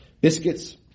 biscuits